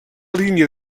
línia